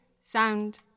sound